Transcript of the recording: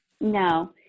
No